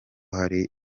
hari